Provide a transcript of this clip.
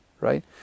Right